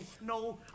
no